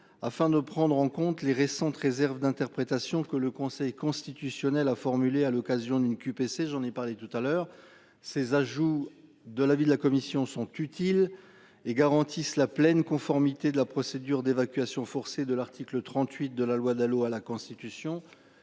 afin de prendre en compte les récentes réserves d'interprétation, que le Conseil constitutionnel a formulé à l'occasion d'une QPC. J'en ai parlé tout à l'heure ces ajouts de l'avis de la commission sont utiles et garantissent la pleine conformité de la procédure d'évacuation forcée de l'article 38 de la loi Dalo à la constitution.